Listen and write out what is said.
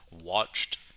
watched